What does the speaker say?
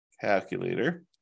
Calculator